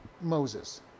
Moses